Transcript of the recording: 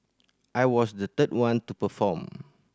I was the third one to perform